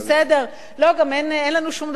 גם אין לנו שום דבר אחרי זה,